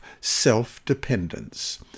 self-dependence